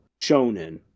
shonen